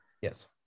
yes